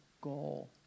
goal